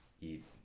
Eat